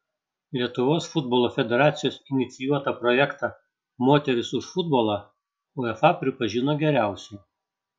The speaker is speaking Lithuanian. lietuvos futbolo federacijos inicijuotą projektą moterys už futbolą uefa pripažino geriausiu